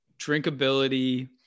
Drinkability